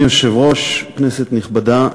אדוני היושב-ראש, כנסת נכבדה,